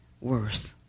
worse